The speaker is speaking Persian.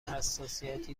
حساسیتی